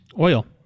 Oil